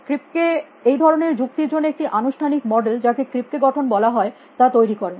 Kripke এই ধরনের যুক্তির জন্য একটি আনুষ্ঠানিক মডেল যাকে ক্রিপকে গঠন বলা হয় তা তৈরী করেন